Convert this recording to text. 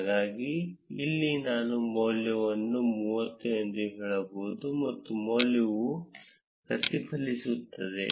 ಹಾಗಾಗಿ ಇಲ್ಲಿ ನಾನು ಮೌಲ್ಯವನ್ನು 30 ಎಂದು ಹೇಳಬಹುದು ಮತ್ತು ಮೌಲ್ಯವು ಪ್ರತಿಫಲಿಸುತ್ತದೆ